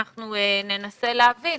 ננסה להבין,